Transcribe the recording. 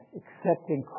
accepting